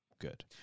good